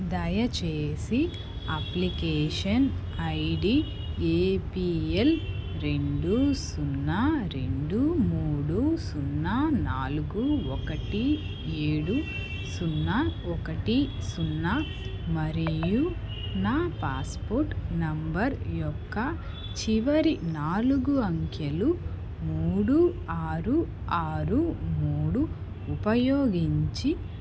దయచేసి application ID APL రెండు సున్నా రెండు మూడు సున్నా నాలుగు ఒకటి ఏడు సున్నా ఒకటి సున్నా మరియు నా పాస్పోర్ట్ నంబర్ యొక్క చివరి నాలుగు అంకెలు మూడు ఆరు ఆరు మూడు ఉపయోగించి